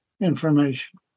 information